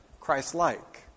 Christ-like